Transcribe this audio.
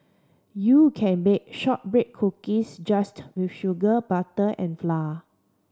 you can bake shortbread cookies just with sugar butter and flour